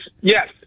Yes